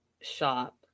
shop